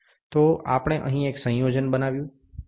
તો આપણે અહીં એક સંયોજન બતાવ્યું તે આ છે